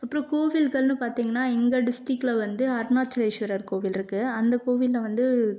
அப்புறம் கோவில்கள்னு பார்த்திங்கன்னா எங்க டிஸ்ட்டிக்ட்ல வந்து அருணாச்சலேஸ்வரர் கோவில் இருக்குது அந்த கோவில்ல வந்து